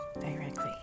directly